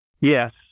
Yes